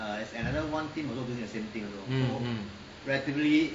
mm mm